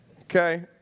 Okay